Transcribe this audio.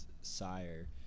Sire